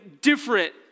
different